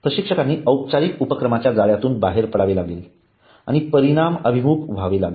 प्रशिक्षकांना औपचारिक उपक्रमांच्या जाळ्यातून बाहेर पडावे लागेल आणि परिणाम अभिमुख व्हावे लागेल